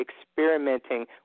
experimenting